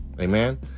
Amen